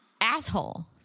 asshole